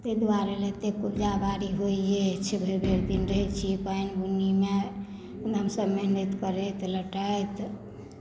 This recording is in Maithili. तै दुआरे एतेक उपजा बारी होइ अछि भरि भरि दिन रहै छी पानि बुन्नीमे एकदम से मेहनति करैत लेटायत